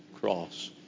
cross